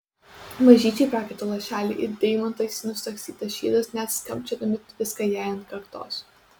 mažyčiai prakaito lašeliai it deimantais nusagstytas šydas net skambčiodami tviska jai ant kaktos